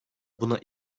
buna